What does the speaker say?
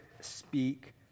speak